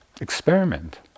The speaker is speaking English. Experiment